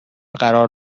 قرار